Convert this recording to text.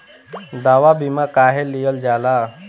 दवा बीमा काहे लियल जाला?